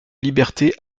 liberté